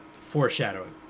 Foreshadowing